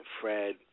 Fred